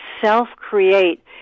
self-create